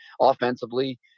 Offensively